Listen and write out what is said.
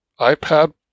iPad